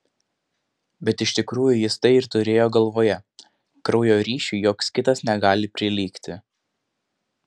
bet iš tikrųjų jis tai ir turėjo galvoje kraujo ryšiui joks kitas negali prilygti